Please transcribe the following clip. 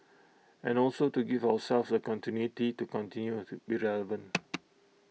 and also to give ourselves A continuity to continue have be relevant